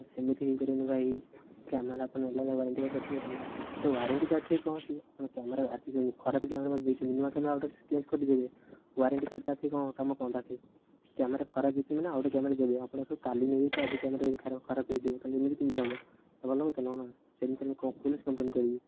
ସେମିତି ହେଇପାରିବନି ଭାଇ କ୍ୟାମେରା ଆପଣ ହେଲା ୱାରେଣ୍ଟି କାର୍ଡ଼ କରିଥିଲେ ହେଇ ଥାଆନ୍ତା ଟୋ ୱାରେଣ୍ଟି କାର୍ଡ଼ ଠିକ୍ କ'ଣ ଅଛି ଆପଣ କ୍ୟାମେରା ଆଜି ଖରାପ କ୍ୟାମେରା ମୋତେ ଦେଇଛନ୍ତି ନୂଆ କ୍ୟାମେରା ଆଉ ଗୋଟେ ଚେଞ୍ଜ କରି ଦେବେ ୱାରେଣ୍ଟି କାର୍ଡ଼ଟା ଏଠି କ'ଣ କାମ କ'ଣ ଟା ଏଠି କ୍ୟାମେରା ଖରାପ ହେଇଛି ମାନେ ଆଉ ଗୋଟେ କ୍ୟାମେରା ଦେବେ ଆପଣଙ୍କଠୁ କାଲି ନେଇ ଯାଇଛି ଆଜି କ୍ୟାମେରା ଖେରାପ ଖରାପ ହେଇଯିବ ତା'ହେଲେ ଏମିତି କେମିତି ହବ ଭଲ ଲୋକ ତ ନୁହଁ ନା ସେମିତିଆ ଲୋକ କ'ଣ ପୋଲିସ କମ୍ପଲେନ୍ କରିବି